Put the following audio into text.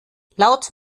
laut